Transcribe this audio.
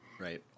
right